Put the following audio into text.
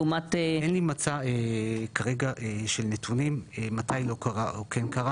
אין לי כרגע מצע של נתונים מתי קרה או לא קרה.